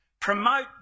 Promote